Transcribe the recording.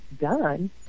done